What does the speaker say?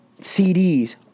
CDs